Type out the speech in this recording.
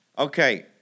Okay